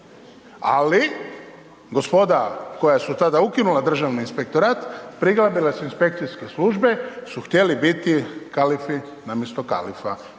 ali gospoda koja su tada ukinula Državni inspektorat, prigrabila su inspekcijske službe jer su htjeli biti kalifi na mjestu kalifa,